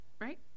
right